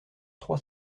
trois